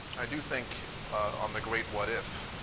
i do think on the great what if,